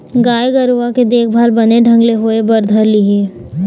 गाय गरुवा के देखभाल बने ढंग ले होय बर धर लिही